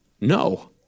No